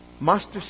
master